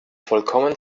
vollkommen